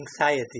anxiety